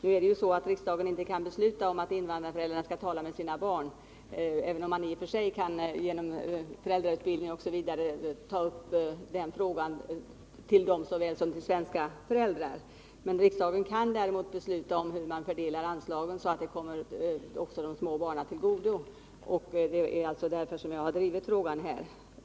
Men det är ju så att riksdagen inte kan besluta om att invandrarföräldrarna skall tala med sina barn, även om man i och för sig genom föräldrautbildning och annat kan ta upp den frågan med dem såväl som med svenska föräldrar. Riksdagen kan däremot besluta om hur man fördelar anslagen så att de kommer också de små barnen till godo, och det är därför jag har drivit frågan här.